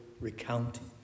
recounting